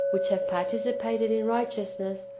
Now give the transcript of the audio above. which have participated in righteousness,